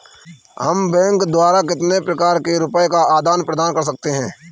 हम बैंक द्वारा कितने प्रकार से रुपये का आदान प्रदान कर सकते हैं?